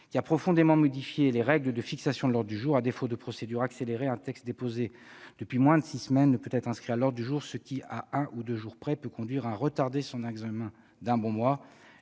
qui a profondément modifié les règles de fixation de l'ordre du jour : à défaut de procédure accélérée, un texte déposé depuis moins de six semaines ne peut être inscrit à l'ordre du jour, ce qui, à un ou deux jours près, peut conduire à retarder son examen d'un bon mois.